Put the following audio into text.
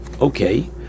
okay